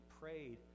prayed